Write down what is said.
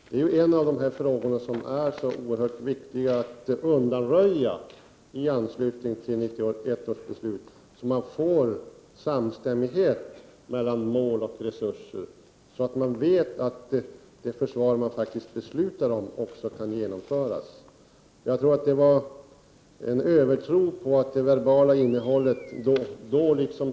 Detta är en av de tvistefrågor som det är så oerhört viktigt att undanröja i anslutning till 1991 års beslut, detta för att vi skall få samstämmighet mellan mål och resurser och för att vi skall veta att de beslut vi faktiskt fattar vad gäller försvaret också kan genomföras. Jag menar att man här liksom vid tidigare tillfällen hade en övertro på möjligheterna att omsätta det verbala innehållet i praktiken.